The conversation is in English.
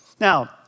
Now